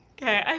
okay, i